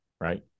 right